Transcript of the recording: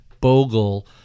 Bogle